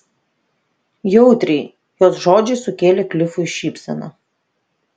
jautriai jos žodžiai sukėlė klifui šypseną